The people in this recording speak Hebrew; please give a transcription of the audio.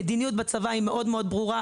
המדיניות בצבא היא מאוד מאוד ברורה.